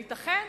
הייתכן?